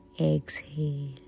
exhale